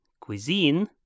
Cuisine